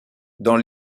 dans